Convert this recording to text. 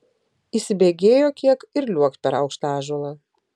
įsibėgėjo kiek ir liuokt per aukštą ąžuolą